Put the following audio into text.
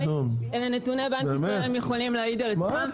אלה נתוני בנק ישראל, הם יכולים להעיד על עצמם.